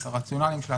את הרציונל שלה,